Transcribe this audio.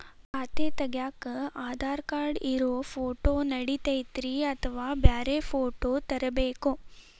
ಖಾತೆ ತಗ್ಯಾಕ್ ಆಧಾರ್ ಕಾರ್ಡ್ ಇರೋ ಫೋಟೋ ನಡಿತೈತ್ರಿ ಅಥವಾ ಬ್ಯಾರೆ ಫೋಟೋ ತರಬೇಕೋ?